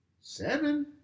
Seven